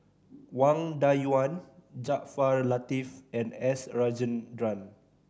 Wang Dayuan Jaafar Latiff and S Rajendran